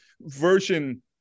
version